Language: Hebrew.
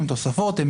תוספות,